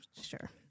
Sure